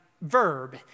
verb